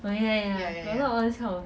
like lower sec